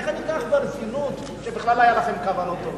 איך אני אקח ברצינות שבכלל היו לכם כוונות טובות?